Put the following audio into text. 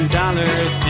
dollars